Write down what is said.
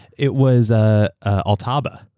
it was ah altaba.